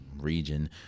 region